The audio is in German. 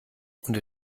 und